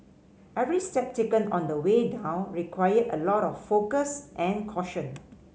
every step taken on the way down required a lot of focus and caution